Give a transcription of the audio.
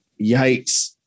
Yikes